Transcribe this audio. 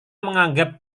menganggap